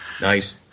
Nice